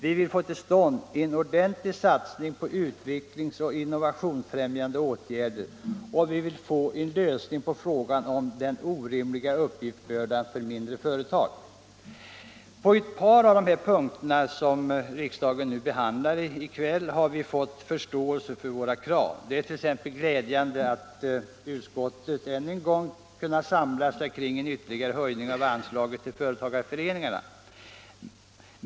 Vi vill få till stånd en ordentlig satsning på utvecklings och innovationsfrämjande åtgärder, och vi vill få en lösning på frågan om den orimliga uppgiftsbördan för mindre företag. På ett par av de punkter som riksdagen behandlar i kväll har vi fått förståelse för våra krav. Det är t.ex. glädjande att utskottet än en gång kunnat samlas kring en ytterligare höjning av anslaget till företagarföreningarna.